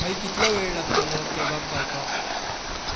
भाई कितलो वेळ लागतलो कॅबाक पावपाक